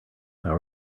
how